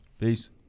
Peace